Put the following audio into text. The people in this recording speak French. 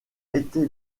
été